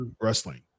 wrestling